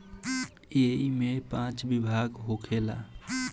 ऐइमे पाँच विभाग होखेला